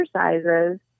exercises